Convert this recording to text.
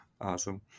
Awesome